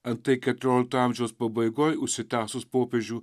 antai keturiolikto amžiaus pabaigoj užsitęsus popiežių